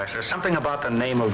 or something about the name of